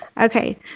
Okay